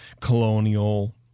colonial